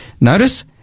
Notice